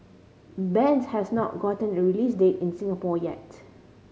bends has not gotten a release date in Singapore yet